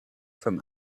from